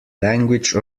language